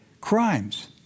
crimes